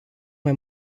mai